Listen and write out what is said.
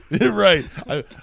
right